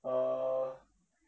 uh